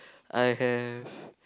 I have